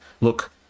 look